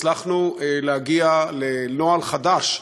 הצלחנו להגיע לנוהל חדש,